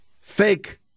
Fake